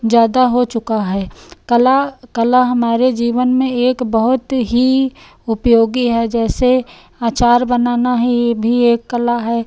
ज़्यादा हो चुका है कला कला हमारे जीवन में एक बहुत ही उपयोगी है जैसे अचार बनाना है यह भी एक कला है